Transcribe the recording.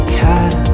cat